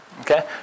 Okay